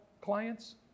clients